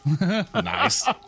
Nice